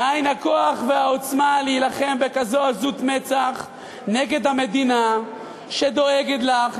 מאין הכוח והעוצמה להילחם בכזו עזות מצח נגד המדינה שדואגת לך,